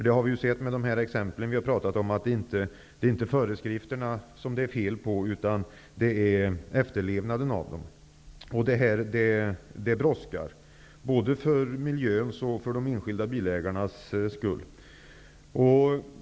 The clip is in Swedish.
De exempel som här har tagits upp visar att det inte är fel på föreskrifterna utan efterlevnaden av dem. Detta brådskar -- både för miljöns och för de enskilda bilägarnas skull.